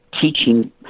teaching